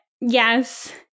yes